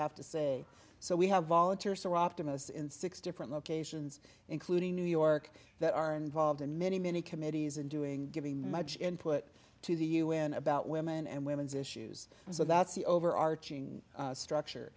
have to say so we have volunteers or optimists in six different locations including new york that are involved in many many committees and doing giving much input to the u n about women and women's issues so that's the overarching structure